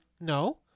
No